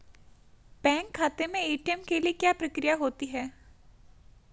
Bank खाते में ATM के लिए क्या प्रक्रिया होती है?